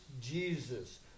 Jesus